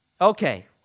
Okay